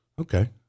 Okay